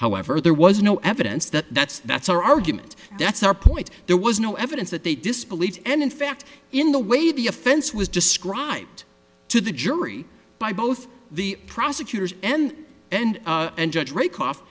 however there was no evidence that that's that's our argument that's our point there was no evidence that they disbelieved and in fact in the way the offense was described to the jury by both the prosecutor's n and n judge rakoff